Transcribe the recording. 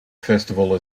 festival